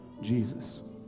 Jesus